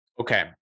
Okay